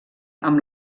amb